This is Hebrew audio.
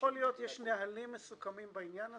יש נהלים מסוכמים בעניין הזה.